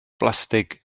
blastig